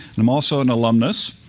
and i'm also an alumnus.